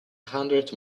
hundred